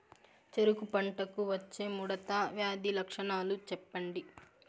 చెరుకు పంటకు వచ్చే ముడత వ్యాధి లక్షణాలు చెప్పండి?